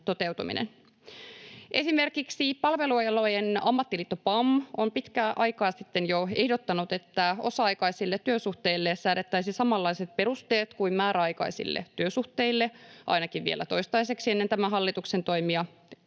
Esimerkiksi palvelualojen ammattiliitto PAM on jo pitkän aikaa sitten ehdottanut, että osa-aikaisille työsuhteille säädettäisiin samanlaiset perusteet kuin määräaikaisille työsuhteille ainakin vielä toistaiseksi ennen tämän hallituksen toimia